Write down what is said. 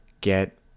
get